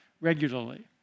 regularly